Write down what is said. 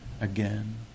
again